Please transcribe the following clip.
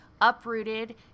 uprooted